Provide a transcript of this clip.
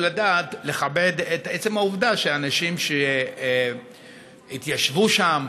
הדעת לכבד את עצם העובדה שאנשים התיישבו שם,